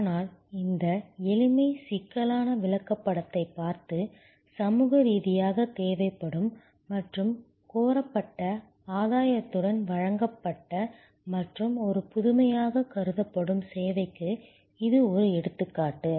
ஆனால் இந்த எளிமை சிக்கலான விளக்கப்படத்தைப் பார்த்து சமூக ரீதியாகத் தேவைப்படும் மற்றும் கோரப்பட்ட ஆதாயத்துடன் வழங்கப்பட்ட மற்றும் ஒரு புதுமையாகக் கருதப்படும் சேவைக்கு இது ஒரு எடுத்துக்காட்டு